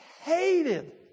hated